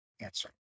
answer